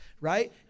right